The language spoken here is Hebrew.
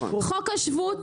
חוק השבות